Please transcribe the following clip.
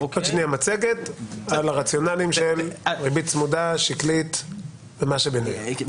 על הרציונלים של ריבית צמודה, שקלית ומה שביניהם.